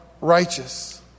righteous